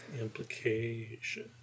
Implication